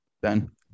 Ben